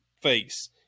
face